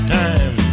time